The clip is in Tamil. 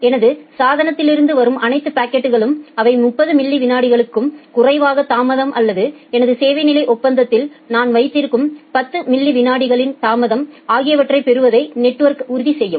எனது சாதனங்களிலிருந்து வரும் அனைத்து பாக்கெட்களும் அவை 30 மில்லி விநாடிக்கும் குறைவான தாமதம் அல்லது எனது சேவை நிலை ஒப்பந்தத்தில் நான் வைத்திருக்கும் 10 மில்லி விநாடிகளின் தாமதம் ஆகியவற்றைப் பெறுவதை நெட்வொர்க் உறுதி செய்யும்